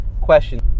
question